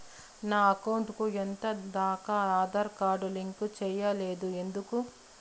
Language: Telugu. నా అకౌంట్ కు ఎంత దాకా ఆధార్ కార్డు లింకు సేయలేదు ఎందుకు